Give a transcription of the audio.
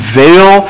veil